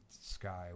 sky